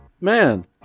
Man